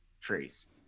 trace